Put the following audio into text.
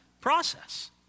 process